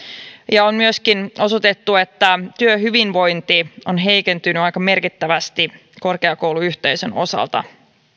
ja on myöskin osoitettu että työhyvinvointi on heikentynyt aika merkittävästi korkeakouluyhteisön osalta